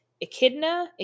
Echidna